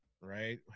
right